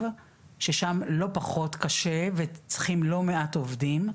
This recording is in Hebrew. ששם לא פחות קשה וצריכים לא מעט עובדים,